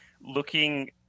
looking